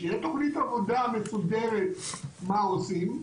שתהיה תוכנית עבודה מסודרת מה עושים,